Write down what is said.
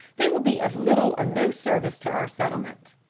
they will be of little or no service to our settlement.